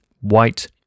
white